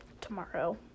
tomorrow